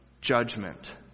judgment